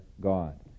God